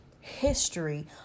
history